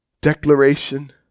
declaration